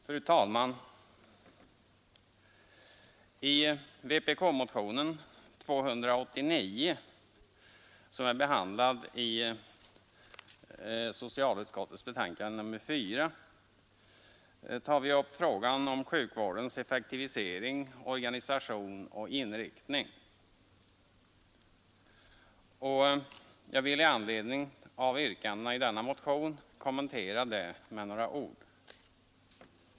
Fru talman! I vpk-motionen 289, som är behandlad i socialutskottets betänkande nr 4, tar vi upp frågan om sjukvårdens effektivisering, organisation och inriktning. Jag vill med några ord kommentera yrkandena i denna motion.